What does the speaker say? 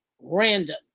random